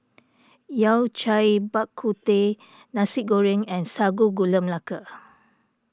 Yao Cai Bak Kut Teh Nasi Goreng and Sago Gula Melaka